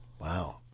Wow